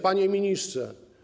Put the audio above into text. Panie Ministrze!